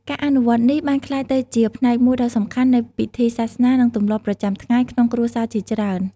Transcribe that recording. ការអនុវត្តនេះបានក្លាយទៅជាផ្នែកមួយដ៏សំខាន់នៃពិធីសាសនា និងទម្លាប់ប្រចាំថ្ងៃក្នុងគ្រួសារជាច្រើន